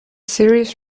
series